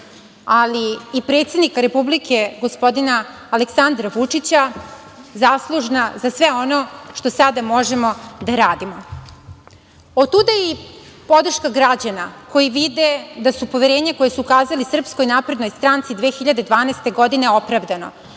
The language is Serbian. ali i predsednika Republike, gospodina Aleksandra Vučića, zaslužna za sve ono što sada možemo da radimo. Otuda i podrška građana, koji vide da je poverenje koje su ukazali SNS 2012. godine opravdano